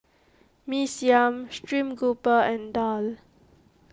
Mee Siam Stream Grouper and Daal